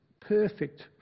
perfect